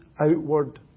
outward